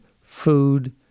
food